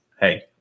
hey